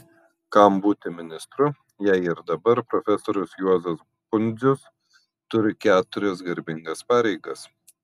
kam būti ministru jei ir dabar profesorius juozas pundzius turi keturias garbingas pareigas